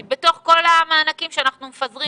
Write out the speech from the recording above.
אם ניתן בתוך כל המענקים שאנחנו מפזרים